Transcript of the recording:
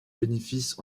bénéfices